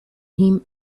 him